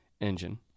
engine